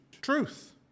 truth